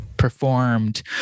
performed